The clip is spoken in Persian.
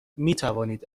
میتوانید